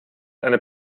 eine